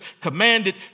commanded